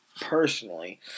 personally